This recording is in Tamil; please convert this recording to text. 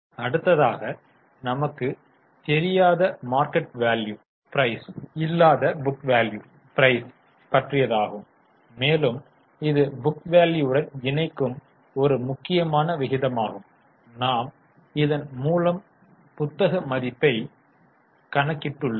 அடுத்ததாக நமக்கு தெரியாத மார்க்கெட் வேல்யூ ப்ரைஸ் இல்லாத புக் வேல்யூ ப்ரைஸ் பற்றியதாகும் மேலும் இது புக் வேல்யூ யுடன் இணைக்கும் ஒரு முக்கியமான விகிதமாகும் நாம் இதன் மூலம் புத்தக மதிப்பைக் கணக்கிட்டுள்ளோம்